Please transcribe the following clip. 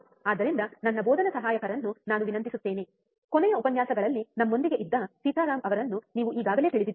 ಆದ್ದರಿಂದ ನನ್ನ ಬೋಧನಾ ಸಹಾಯಕರನ್ನು ನಾನು ವಿನಂತಿಸುತ್ತೇನೆ ಕೊನೆಯ ಉಪನ್ಯಾಸಗಳಲ್ಲಿ ನಮ್ಮೊಂದಿಗೆ ಇದ್ದ ಸೀತಾರಾಮ್ ಅವರನ್ನು ನೀವು ಈಗಾಗಲೇ ತಿಳಿದಿದ್ದೀರಿ